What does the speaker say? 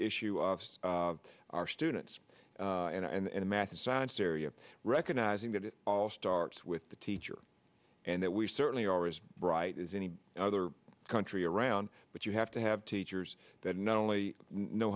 issue of our students and the math and science area recognizing that it all starts with the teacher and that we certainly are always bright as any other country around but you have to have teachers that not only know